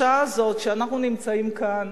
בשעה הזאת שאנחנו נמצאים כאן,